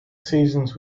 seasons